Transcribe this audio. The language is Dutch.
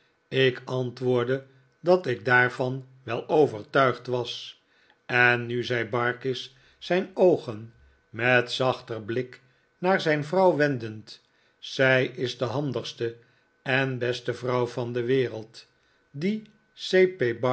ik antwoordde dat ik daarvan wel overtuigd was en nu zei barkis zijn oogen met zachter blik naar zijn vrouw wendend zij is de handigste en beste vrouw van de wereld die